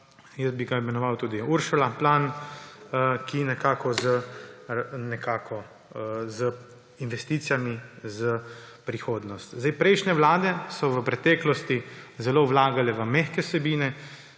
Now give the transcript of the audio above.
jaz bi ga imenoval Uršula plan, tudi z investicijami za prihodnost. Prejšnje vlade so v preteklosti zelo vlagale v mehke vsebine.